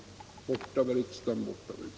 Borta var riksdagen, borta var utskottet.